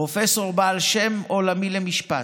פרופסור בעל שם עולמי למשפט,